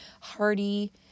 hearty